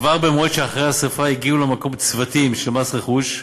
כבר אחרי השרפה הגיעו למקום צוותים של מס רכוש,